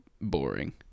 boring